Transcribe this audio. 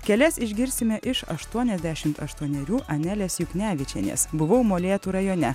kelias išgirsime iš aštuoniasdešimt aštuonerių anelės juknevičienės buvau molėtų rajone